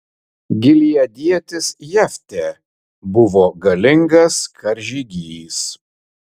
gileadietis jeftė buvo galingas karžygys